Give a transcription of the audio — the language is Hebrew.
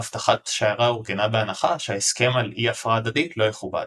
אבטחת השיירה אורגנה בהנחה שההסכם על אי הפרעה הדדית לא יכובד.